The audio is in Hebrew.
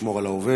לשמור על העובד,